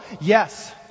Yes